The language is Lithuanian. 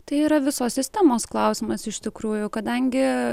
tai yra visos sistemos klausimas iš tikrųjų kadangi